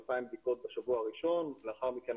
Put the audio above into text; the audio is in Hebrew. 2,000 בדיקות בשבוע הראשון ולאחר מכן,